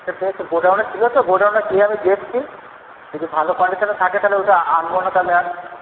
আচ্ছা বেশ গোডাউনে ছিল তো গোডাউনে গিয়ে আমি দেখছি যদি ভালো কন্ডিশনে থাকে তাহলে ওটা আনবো না তাহলে আর